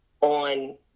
on